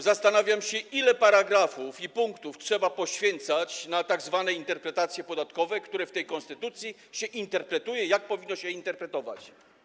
Zastanawiam się, ile paragrafów i punktów trzeba poświęcać na tzw. interpretacje podatkowe, które w tej konstytucji się interpretuje - to, jak powinno się je interpretować.